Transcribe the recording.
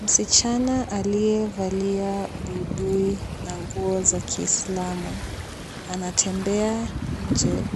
Msichana aliyevalia buibui na nguo za kiislamu anatembea nje.